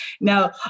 Now